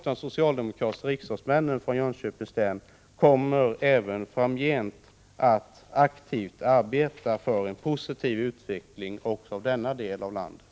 De socialdemokratiska riksdagsmännen från Jönköpings län kommer även framgent att aktivt arbeta för en positiv utveckling också för denna del av landet.